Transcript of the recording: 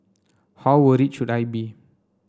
how worried should I be